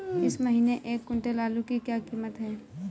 इस महीने एक क्विंटल आलू की क्या कीमत है?